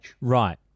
right